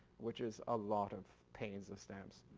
which is a lot of panes of stamps.